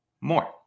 more